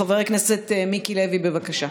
חבר הכנסת מיקי לוי, בבקשה.